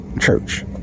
church